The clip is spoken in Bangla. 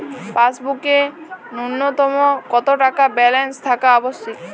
পাসবুকে ন্যুনতম কত টাকা ব্যালেন্স থাকা আবশ্যিক?